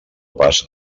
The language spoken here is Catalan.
pas